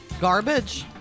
Garbage